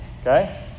Okay